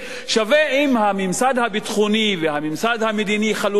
ואם הממסד הביטחוני והממסד המדיני חלוקים,